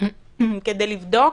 כדי לבדוק